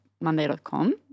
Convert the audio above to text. Monday.com